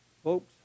Folks